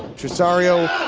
tresario,